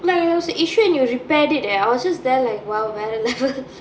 but there was a issue and you repaired it eh I was just there like !wow! வேற:vaera level